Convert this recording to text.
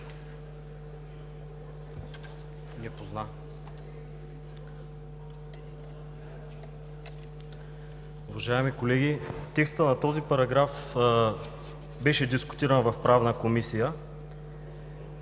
България): Уважаеми колеги, текстът на този параграф беше дискутиран в Правната комисия.